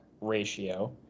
ratio